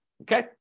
okay